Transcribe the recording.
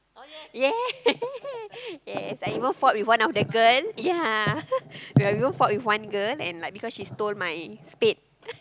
ya yes I even fought with one of the girl ya I fought with one girl because she stole one of my state